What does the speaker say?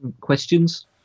questions